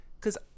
Cause